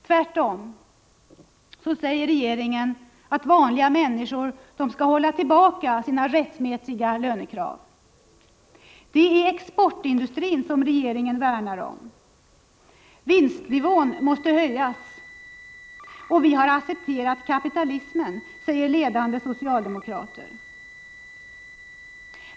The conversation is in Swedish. Tvärtom säger regeringen att vanliga människor skall hålla tillbaka sina rättmätiga lönekrav. Det är exportindustrin som regeringen värnar om. ”Vinstnivån måste höjas” och ”Vi har accepterat kapitalismen”, säger ledande socialdemokrater.